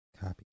Copy